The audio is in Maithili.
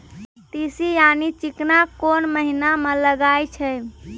तीसी यानि चिकना कोन महिना म लगाय छै?